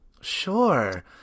Sure